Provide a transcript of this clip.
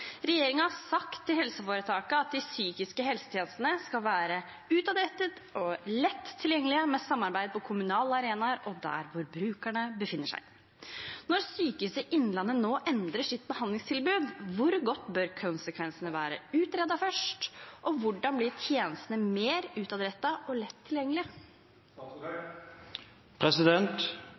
Regjeringa har sagt til helseforetakene at de psykiske helsetjenestene skal være utadrettede og lett tilgjengelige med samarbeid på kommunale arenaer og der hvor brukerne befinner seg. Når Sykehuset Innlandet nå endrer sitt behandlingstilbud, hvor godt bør konsekvensene være utredet først, og hvordan blir tjenestene mer utadrettede og lett